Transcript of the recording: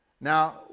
Now